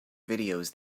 videos